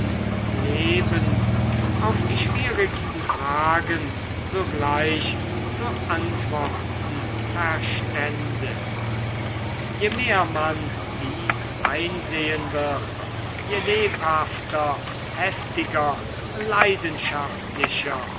lebens auf die schwierigsten fragen sogleich zu antworten verstände je mehr man dies einsehen wird je lebhafter heftiger leidenschaftlicher